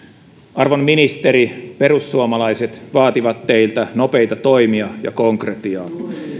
arvon ministeri perussuomalaiset vaativat teiltä nopeita toimia ja konkretiaa